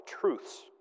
truths